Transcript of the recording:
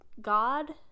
god